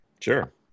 Sure